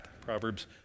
Proverbs